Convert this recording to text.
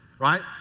right?